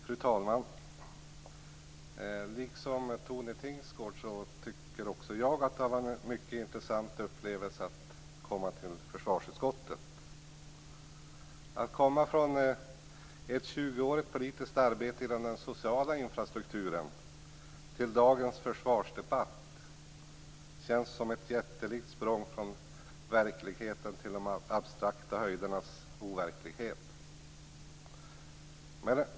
Fru talman! Liksom Tone Tingsgård tycker jag att det har varit en mycket intressant upplevelse att komma till försvarsutskottet. Att komma från ett 20 årigt politiskt arbete inom den sociala infrastrukturen till dagens försvarsdebatt känns som ett jättelikt språng från verkligheten till de abstrakta höjdernas overklighet.